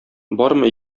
бармы